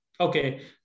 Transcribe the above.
okay